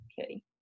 Okay